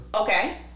Okay